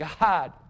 God